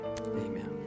amen